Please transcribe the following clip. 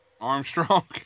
Armstrong